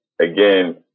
again